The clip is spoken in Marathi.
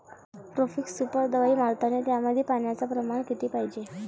प्रोफेक्स सुपर दवाई मारतानी त्यामंदी पान्याचं प्रमाण किती पायजे?